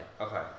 Okay